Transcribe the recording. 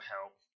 help